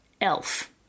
Elf